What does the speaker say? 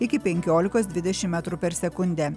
iki penkiolikos dvidešim metrų per sekundę